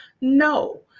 No